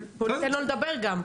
אבל בוא ניתן לו לדבר גם.